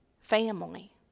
family